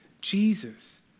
Jesus